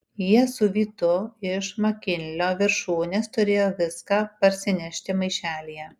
jie su vytu iš makinlio viršūnės turėjo viską parsinešti maišelyje